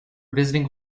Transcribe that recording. visiting